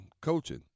coaching